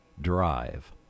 drive